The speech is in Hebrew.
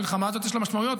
למלחמה הזאת יש משמעויות,